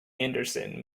anderson